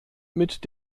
mit